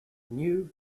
new